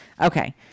okay